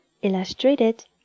Illustrated